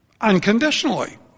unconditionally